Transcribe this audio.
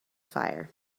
fire